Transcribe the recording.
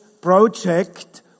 project